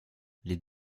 les